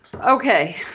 okay